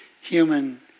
human